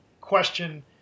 question